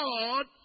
God